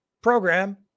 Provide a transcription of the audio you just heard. program